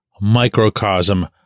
microcosm